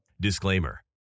disclaimer